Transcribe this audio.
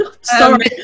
sorry